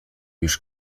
już